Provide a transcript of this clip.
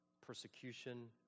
persecution